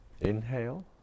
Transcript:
inhale